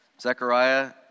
Zechariah